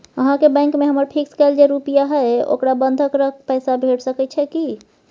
अहाँके बैंक में हमर फिक्स कैल जे रुपिया हय ओकरा बंधक रख पैसा भेट सकै छै कि?